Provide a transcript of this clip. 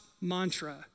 mantra